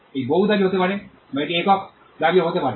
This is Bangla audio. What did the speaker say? এটি বহু দাবী হতে পারে বা এটি একক দাবিও হতে পারে